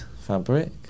fabric